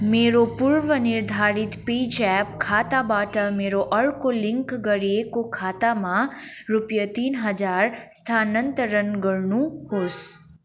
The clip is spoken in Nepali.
मेरो पूर्वनिर्धारित पे ज्याप खाताबाट मेरो अर्को लिङ्क गरिएको खातामा रुपियाँ तिन हजार स्थानान्तरण गर्नुहोस्